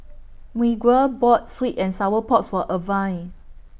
Miguel bought Sweet and Sour Porks For Irvine